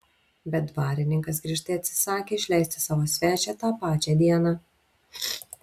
bet dvarininkas griežtai atsisakė išleisti savo svečią tą pačią dieną